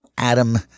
Adam